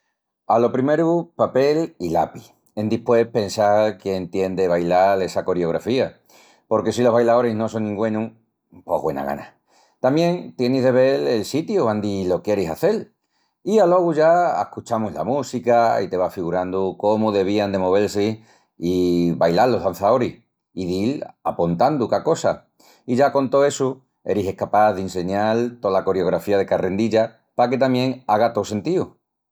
Alo primeru papel i lapi. Endispués pensal quién tien de bailal essa coriografía. Porque si los bailaoris no sonin güenus, pos güena gana. Tamién tienis de vel el sitiu andi lo quieris hazel. I alogu ya ascuchamus la música i te vas figurandu cómu devían de movel-si i bailal los dançaoris. I dil apontandu ca cosa. I ya con tó essu eris escapás d'inseñal tola coriografía de carrendilla paque tamién haga tó sentíu.